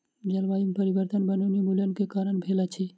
जलवायु में परिवर्तन वनोन्मूलन के कारण भेल अछि